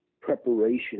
preparation